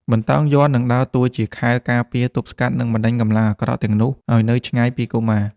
បន្តោងយ័ន្តនឹងដើរតួជាខែលការពារ ទប់ស្កាត់ និងបណ្ដេញកម្លាំងអាក្រក់ទាំងនោះឱ្យនៅឆ្ងាយពីកុមារ។